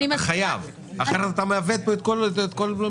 חייב כי אחרת אתה מעוות כאן את הכול.